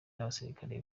n’abasirikare